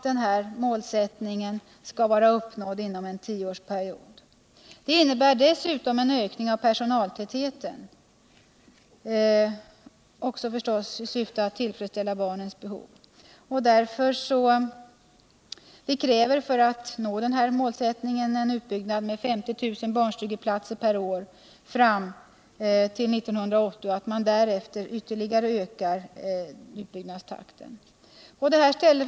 Det här målet skall ha uppnåtts inom en tioårsperiod. Dessutom krävs en ökning av personaltätheten. Allt i syfte att tillfredsställa barnens behov. För att vi skall kunna nå detta mål kräver vpk en utbyggnad med 50 000 barnstugeplatser per år fram till 1980 och att utbyggnadstakten därefter ökas ytterligare.